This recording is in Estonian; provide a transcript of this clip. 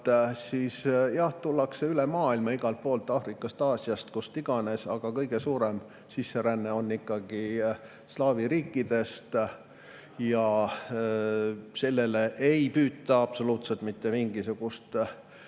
siis [siia] tullakse üle maailma, igalt poolt, Aafrikast, Aasiast, kust iganes. Aga kõige suurem sisseränne on ikkagi slaavi riikidest. Ja sellele ei püüta absoluutselt mitte mingisugust